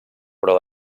però